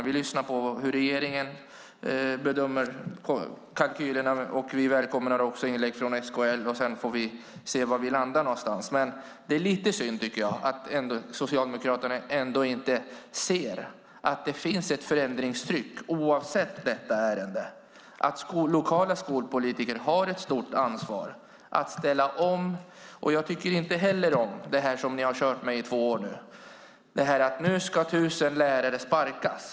Vi lyssnar på hur regeringen bedömer kalkylerna, och vi välkomnar också inlägg från SKL. Sedan får vi se var vi landar någonstans. Men det är lite synd att Socialdemokraterna ändå inte ser att det finns ett förändringstryck oavsett detta ärende. Lokala skolpolitiker har ett stort ansvar att ställa om. Jag tycker inte heller om det ni har kört med i två år: Nu ska tusen lärare sparkas.